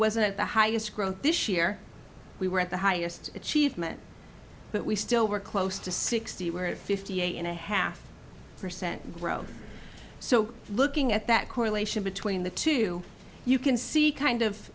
wasn't the highest growth this year we were at the highest achievement but we still were close to sixty we're at fifty eight and a half percent growth so looking at that correlation between the two you can see kind